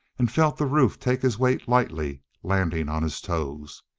and felt the roof take his weight lightly, landing on his toes.